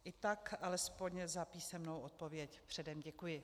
I tak alespoň za písemnou odpověď předem děkuji.